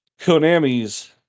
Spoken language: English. Konami's